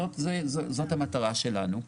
זאת המטרה שלנו.